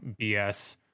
bs